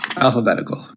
Alphabetical